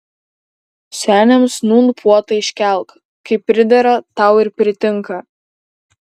seniams nūn puotą iškelk kaip pridera tau ir pritinka